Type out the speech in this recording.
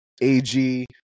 AG